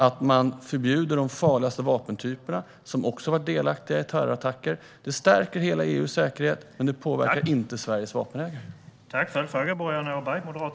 Även de farligaste vapentyperna som har använts i terrorattacker förbjuds. Detta stärker EU:s säkerhet men påverkar inte Sveriges vapenägare.